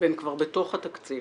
והם כבר בתוך התקציב.